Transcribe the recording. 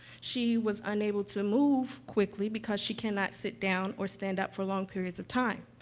she was unable to move quickly, because she cannot sit down or stand up for long periods of time.